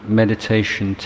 meditation